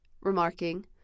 remarking